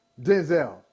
Denzel